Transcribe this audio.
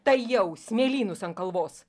tai jau smėlynus ant kalvos